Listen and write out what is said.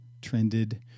trended